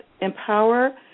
Empower